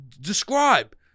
describe